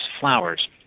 flowers